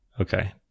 Okay